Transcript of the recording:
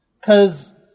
Cause